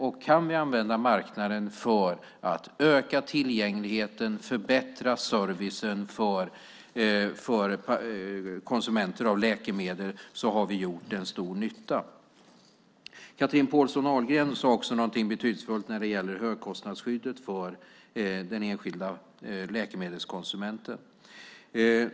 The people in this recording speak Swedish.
Och kan vi använda marknaden för att öka tillgängligheten och förbättra servicen för konsumenter av läkemedel har vi gjort en stor nytta. Chatrine Pålsson Ahlgren sade också någonting betydelsefullt när det gäller högkostnadsskyddet för den enskilda läkemedelskonsumenten.